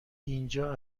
اینجا